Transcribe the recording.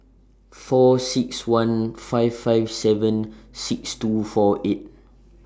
four six one five five seven six two four eight